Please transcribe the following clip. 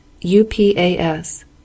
U-P-A-S